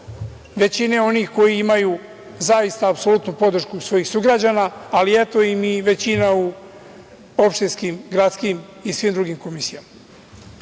većine onih koji imaju zaista apsolutnu podršku svojih sugrađana, ali eto im i većina u opštinskim, gradskim i svim drugim komisijama. Ona